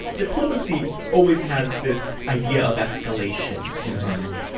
diplomacy always has this idea of escalation in mind,